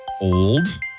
Old